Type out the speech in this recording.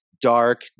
dark